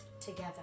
together